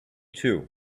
too